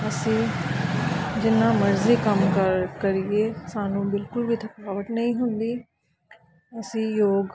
ਅਸੀਂ ਜਿੰਨਾ ਮਰਜ਼ੀ ਕੰਮ ਕਰ ਕਰੀਏ ਸਾਨੂੰ ਬਿਲਕੁਲ ਵੀ ਥਕਾਵਟ ਨਹੀਂ ਹੁੰਦੀ ਅਸੀਂ ਯੋਗ